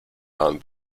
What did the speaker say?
waren